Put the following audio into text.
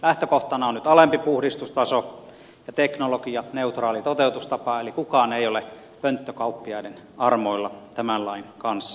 lähtökohtana on nyt alempi puhdistustaso ja teknologianeutraali toteutustapa eli kukaan ei ole pönttökauppiaiden armoilla tämän lain kanssa